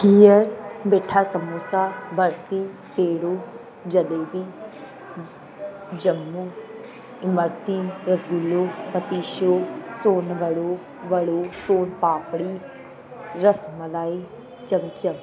घीहर मीठा समोसा बर्फी पेड़ो जलेबी जमू इमरती रसगुल्लो पतीशो सोनवड़ो वड़ो सोनपापड़ी रसमलाई चमचम